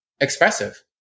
expressive